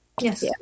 yes